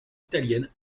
italienne